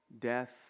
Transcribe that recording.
death